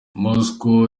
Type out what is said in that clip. moscow